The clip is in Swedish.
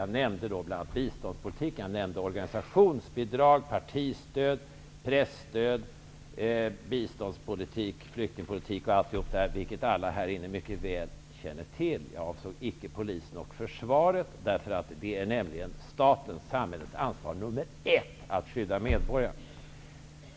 Jag nämnde bl.a. biståndspolitik, organisationsbidrag, partistöd, presstöd och flyktingpolitik, vilket alla här i kammaren mycket väl känner till. Jag avsåg inte polisen och försvaret, eftersom det är samhällets ansvar nr 1 att skydda medborgarna.